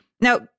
Now